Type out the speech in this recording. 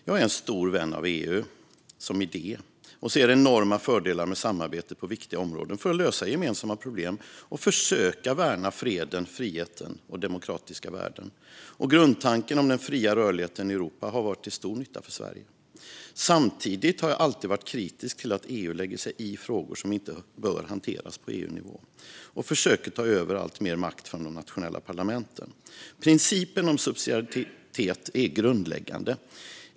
Jag är en stor vän av EU som idé, och jag ser enorma fördelar med samarbete på viktiga områden för att lösa gemensamma problem och försöka värna freden, friheten och demokratiska värden. Och grundtanken om den fria rörligheten i Europa har varit till stor nytta för Sverige. Samtidigt har jag alltid varit kritisk till att EU lägger sig i frågor som inte bör hanteras på EU-nivå och försöker ta över alltmer makt från de nationella parlamenten. Principen om subsidiaritet är grundläggande.